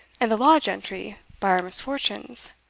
and the law gentry by our misfortunes.